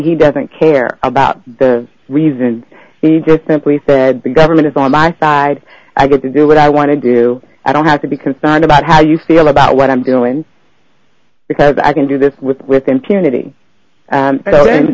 he doesn't care about the reason he just simply said the government is on my side i got to do what i want to do i don't have to be concerned about how you feel about what i'm doing because i can do this with with im